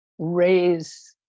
raise